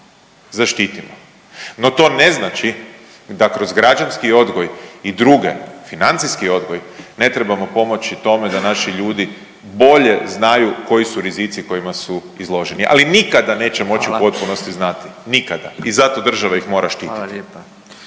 zaštitimo. No, to ne znači da kroz građanski odgoj i druge, financijski odgoj, ne trebamo pomoći tome da naši ljudi bolje znaju koji su rizici kojima su izloženi, ali nikada neće moći u … .../Upadica: Hvala./... … potpunosti znati, nikada. I zato država ih mora štititi. **Radin,